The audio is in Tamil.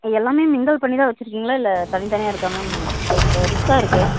இதெல்லாமே மிங்கில் பண்ணி தான் வச்சுதான்கீங்களா இல்லை தனி தனியாக இருக்கா மேம் கொஞ்சம் ரிஸ்க்காக இருக்கு